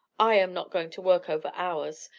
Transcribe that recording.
i am not going to work over hours!